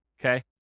okay